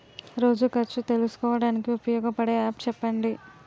రోజు ఖర్చు తెలుసుకోవడానికి ఉపయోగపడే యాప్ చెప్పండీ?